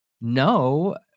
no